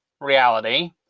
reality